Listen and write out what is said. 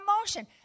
emotion